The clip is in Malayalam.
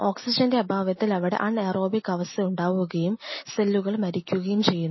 ഓക്സിജന്റെ അഭാവത്തിൽ അവിടെ അൺ എയറോബിക് അവസ്ഥ ഉണ്ടാവുകയും സെല്ലുകൾ മരിക്കുകയും ചെയ്യുന്നു